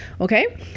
okay